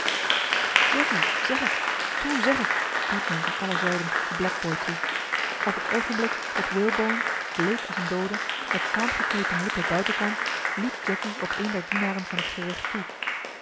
jacky zeg het toe zeg het riep men van alle zijden den blackboy toe op het oogenblik dat walebone bleek als een doode met saamgeknepen lippen buiten kwam liep jacky op een der dienaren van het gerecht toe